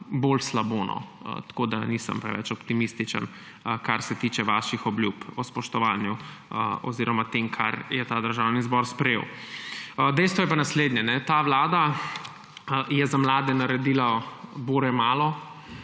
bolj slabo. Tako da nisem preveč optimističen, kar se tiče vaših obljub o spoštovanju oziroma tem, kar je ta državni zbor sprejel. Dejstvo je pa naslednje. Ta vlada je za mlade naredila bore malo.